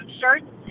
shirts